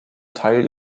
teil